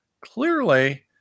Clearly